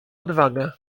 odwagę